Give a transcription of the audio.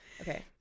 Okay